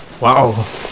Wow